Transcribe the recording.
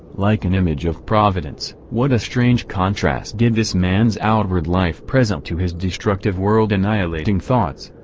like an image of providence. what a strange contrast did this man's outward life present to his destructive world-annihilating thoughts!